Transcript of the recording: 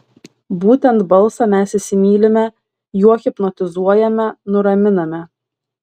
būtent balsą mes įsimylime juo hipnotizuojame nuraminame